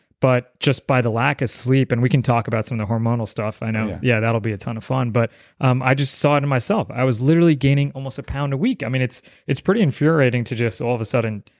but just by the lack of sleep, and we can talk about some of the hormonal stuff, i know, yeah, that'll be a ton of fun, but um i just saw it in myself. i was literally gaining almost a pound a week. i mean it's it's pretty infuriating to just all of a sudden,